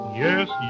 yes